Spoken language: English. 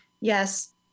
Yes